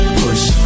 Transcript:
push